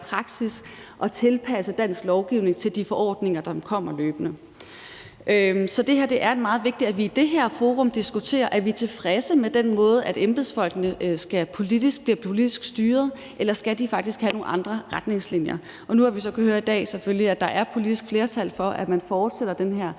praksis at tilpasse dansk lovgivning til de forordninger, som løbende kommer. Så det er meget vigtigt, at vi i det her forum diskuterer, om vi er tilfredse med den måde, hvorpå embedsfolkene politisk bliver styret, eller om de faktisk skal have nogle andre retningslinjer, og nu har vi så i dag selvfølgelig kunnet høre, at der er et politisk flertal for, at man fortsætter den her